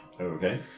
Okay